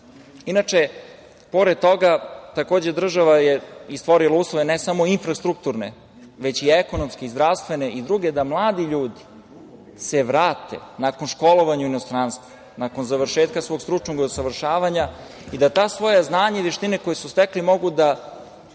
na prvom mestu. Takođe, država je i stvorila uslove, ne samo infrastrukturne, već i ekonomske, zdravstvene i druge, da mladi ljudi se vrate nakon školovanja u inostranstvu, nakon završetka svog stručnog usavršavanja i da ta svoja znanja i veštine mogu da